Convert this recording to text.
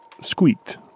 squeaked